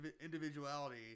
individuality